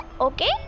okay